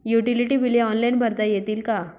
Utility बिले online भरता येतील का?